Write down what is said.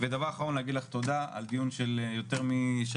ודבר אחרון להגיד לך תודה על דיון של יותר משעתיים,